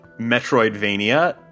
Metroidvania